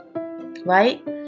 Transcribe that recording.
right